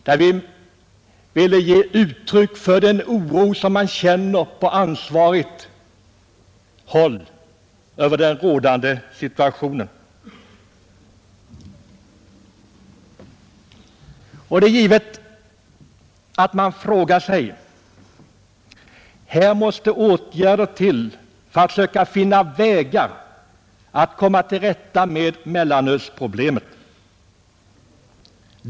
Därvid skulle vi ge uttryck för den oro som man på ansvarigt håll känner över den rådande situationen beträffande bruket av mellanöl bland dagens barn och ungdom. Det är givet att man säger sig att åtgärder måste till för att söka finna vägar att komma till rätta med mellanölsproblemet.